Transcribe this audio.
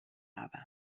aber